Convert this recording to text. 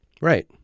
Right